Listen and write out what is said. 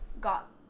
got